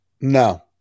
No